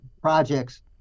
projects